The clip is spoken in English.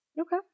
Okay